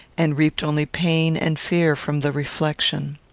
and reaped only pain and fear from the reflection.